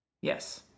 Yes